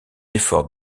effort